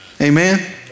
Amen